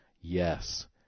Yes